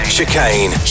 Chicane